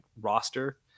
roster